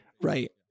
Right